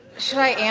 should i yeah